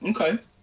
Okay